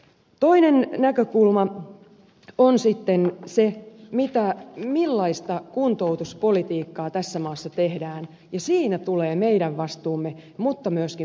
toinen näkökulma on sitten se millaista kuntoutuspolitiikkaa tässä maassa tehdään ja siinä tulee meidän vastuumme mutta myöskin ministeriöiden vastuu